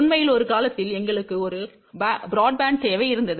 உண்மையில் ஒரு காலத்தில் எங்களுக்கு ஒரு பிராட்பேண்ட் தேவை இருந்தது